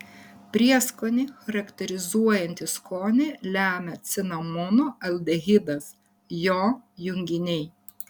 prieskonį charakterizuojantį skonį lemia cinamono aldehidas jo junginiai